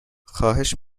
خواهش